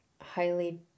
highly